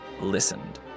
listened